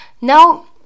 now